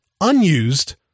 unused